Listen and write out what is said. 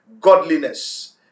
godliness